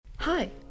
Hi